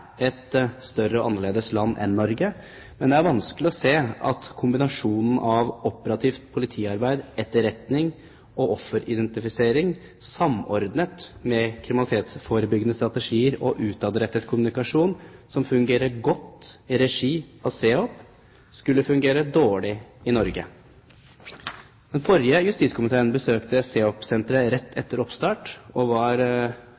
et større og annerledes land enn Norge, men det er vanskelig å se at kombinasjonen av operativt politiarbeid, etterretning og offeridentifisering, samordnet med kriminalitetsforebyggende strategier og utadrettet kommunikasjon som fungerer godt i regi av CEOP, skulle fungere dårlig i Norge. Den forrige justiskomiteen besøkte CEOP-senteret rett etter oppstart og var